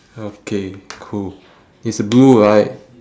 okay cool it's blue right